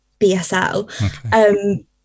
BSL